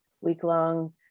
week-long